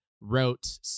wrote